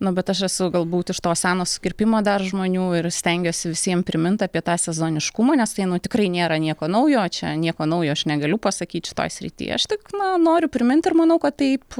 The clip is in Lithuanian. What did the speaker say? nu bet aš esu galbūt iš to seno sukirpimo dar žmonių ir stengiuosi visiem primint apie tą sezoniškumą nes tai nu tikrai nėra nieko naujo čia nieko naujo aš negaliu pasakyt šitoj srity aš tik na noriu primint ir manau kad taip